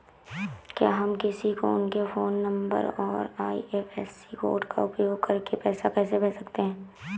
क्या हम किसी को उनके फोन नंबर और आई.एफ.एस.सी कोड का उपयोग करके पैसे कैसे भेज सकते हैं?